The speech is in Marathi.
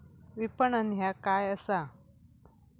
विपणन ह्या काय असा?